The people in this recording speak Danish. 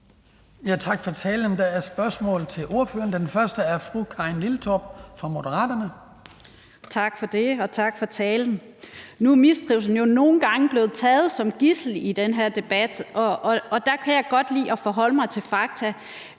Tak for talen. Der er spørgsmål til ordføreren. Først er det fru Karin Liltorp fra Moderaterne. Kl. 16:32 Karin Liltorp (M): Tak for det, og tak for talen. Nu er mistrivslen jo nogle gange blevet taget som gidsel i den her debat, og der kan jeg godt lide at forholde mig til fakta.